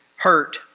hurt